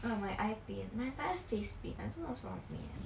ugh my eye pain my entire face pain I don't know what's wrong with me leh